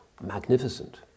Magnificent